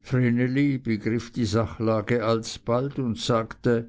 vreneli begriff die sachlage alsbald und sagte